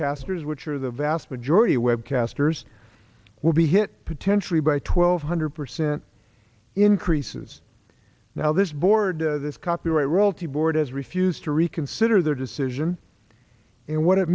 casters which are the vast majority web casters will be hit potentially by twelve hundred percent increases now this board this copyright roll t board has refused to reconsider their decision and what it